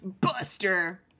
Buster